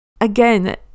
Again